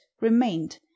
remained